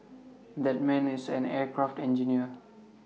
that man is an aircraft engineer